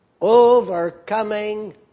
overcoming